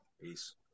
Peace